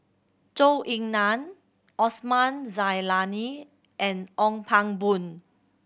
Zhou Ying Nan Osman Zailani and Ong Pang Boon